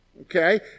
Okay